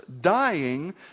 dying